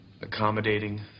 accommodating